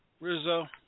Rizzo